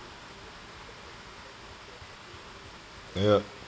uh ya